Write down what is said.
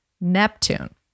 Neptune